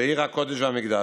זו עיר הקודש והמקדש,